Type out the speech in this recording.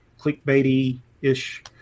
clickbaity-ish